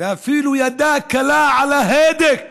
ואפילו ידה קלה על ההדק